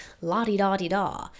La-di-da-di-da